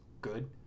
good